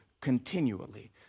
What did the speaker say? continually